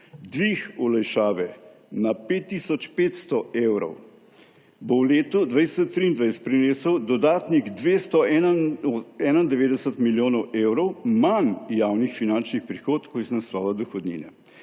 Dvig olajšave na 5 tisoč 500 evrov bo v letu 2023 prinesel dodatnih 291 milijonov evrov manj javnih finančnih prihodkov iz naslova dohodnine.